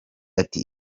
ati